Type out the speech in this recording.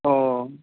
অ